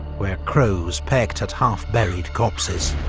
where crows pecked at half-buried corpses.